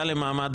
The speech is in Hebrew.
לנשים.